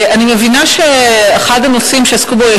אני מבינה שאחד הנושאים שעסקו בו הוא